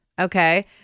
Okay